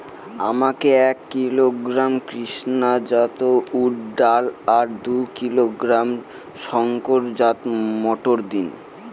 আমাকে এক কিলোগ্রাম কৃষ্ণা জাত উর্দ ডাল আর দু কিলোগ্রাম শঙ্কর জাত মোটর দিন?